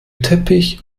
teppich